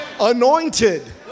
Anointed